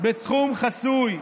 בסכום חסוי.